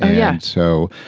yeah. so,